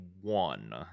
one